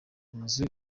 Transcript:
inzu